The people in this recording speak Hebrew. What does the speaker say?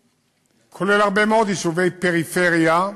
שכוללת הרבה מאוד יישובי פריפריה,